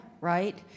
right